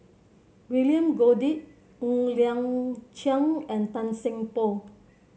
William Goode Ng Liang Chiang and Tan Seng Poh